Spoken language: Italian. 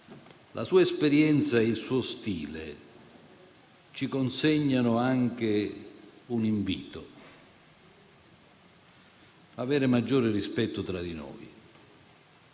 La sua esperienza e il suo stile ci consegnano anche un invito ad avere maggiore rispetto tra di noi